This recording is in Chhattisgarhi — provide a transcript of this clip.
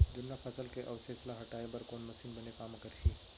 जुन्ना फसल के अवशेष ला हटाए बर कोन मशीन बने काम करही?